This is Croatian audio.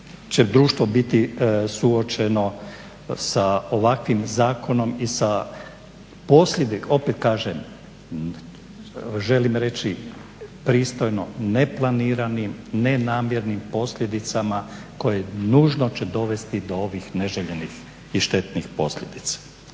će društvo biti suočeno sa ovakvim zakonom i …/Govornik se ne razumije./… opet kažem želim reći pristojno neplaniranim, nenamjernim posljedicama koje nužno će dovesti do ovih neželjenih i štetnih posljedica.